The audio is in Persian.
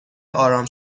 آرام